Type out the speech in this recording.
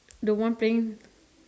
the one paying